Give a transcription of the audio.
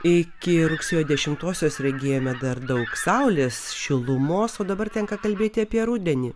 iki rugsėjo dešimtosios regėjome dar daug saulės šilumos o dabar tenka kalbėti apie rudenį